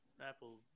apple